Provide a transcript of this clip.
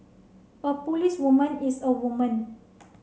a policewoman is a woman